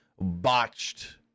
botched